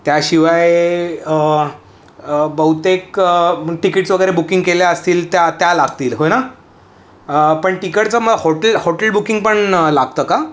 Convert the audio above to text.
त्याशिवाय बहुतेक टिकिटस वगैरे बुकिंग केल्या असतील त्या लागतील हो ना पण तिकडचं मला हॉटेल हॉटेल बुकिंग पण लागतं का